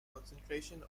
concentration